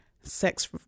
sex